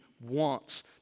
wants